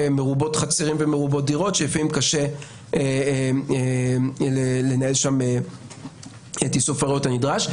מרובות חצרים ומרובות דירות שלפעמים קשה לנהל שם את איסוף הראיות הנדרש,